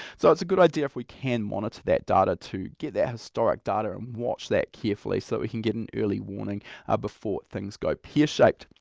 so it's a good idea if we can monitor that data to get that historic data, watch that carefully so that we can get ab and early warning ah before things go pear shaped.